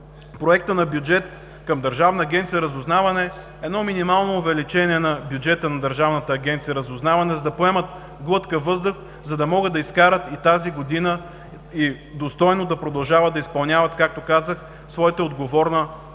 Проекта на бюджет към Държавна агенция „Разузнаване“ едно минимално увеличение на бюджета й, за да поемат глътка въздух, за да могат да изкарат тази година и достойно да продължават да изпълняват, както казах, своята отговорна професия